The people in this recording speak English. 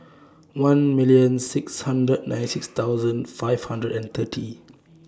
one million six hundred ninety six thousand five hundred and thirty